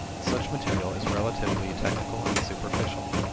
such material is relatively technical and superficial.